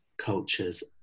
cultures